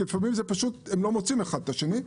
כי לפעמים הם פשוט לא מוצאים אחד את השני.